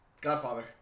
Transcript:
godfather